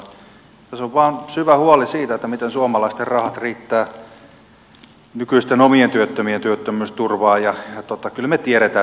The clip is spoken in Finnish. tässä on vain syvä huoli siitä miten suomalaisten rahat riittävät nykyisten omien työttömien työttömyysturvaan ja kyllä me tiedämme että tämä juna on mennyt jo